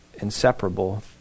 inseparable